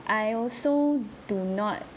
I also do not